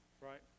right